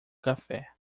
café